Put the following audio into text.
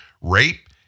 Rape